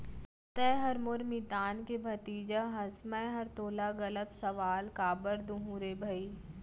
तैंहर मोर मितान के भतीजा हस मैंहर तोला गलत सलाव काबर दुहूँ रे भई